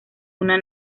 una